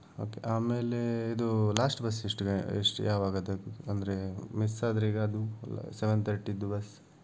okay ಆಮೇಲೆ ಇದು last bus ಎಷ್ಟು ಗ ಎಷ್ಟು ಯಾವಾಗ ಅದು ಅಂದರೆ ಮಿಸ್ ಆದರೆ ಈಗ ಅದು ಸೆವೆನ್ ಥರ್ಟಿದು ಬಸ್